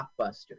blockbuster